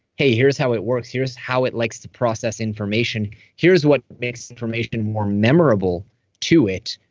hey, here's how it works. here's how it likes to process information here's what makes information more memorable to it.